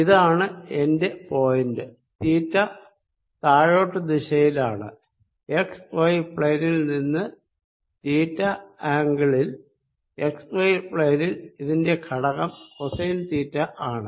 ഇതാണ് എന്റെ point theta താഴോട്ട് ദിശയിലാണ് എക്സ് വൈ പ്ളേനിൽ നിന്ന് തീറ്റ ആംഗിളിൽ എക്സ് വൈ പ്ളേനിൽ ഇതിന്റെ ഘടകം കോസൈൻ തീറ്റ ആണ്